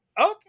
okay